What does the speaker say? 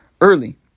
early